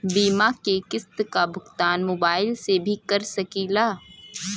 बीमा के किस्त क भुगतान मोबाइल से भी कर सकी ला?